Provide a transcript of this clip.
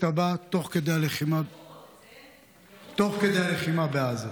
ירו בו.